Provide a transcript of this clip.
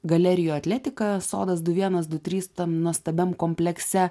galerijoj atletika sodas du vienas du trys tam nuostabiam komplekse